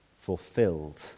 fulfilled